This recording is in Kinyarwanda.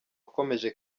akomeje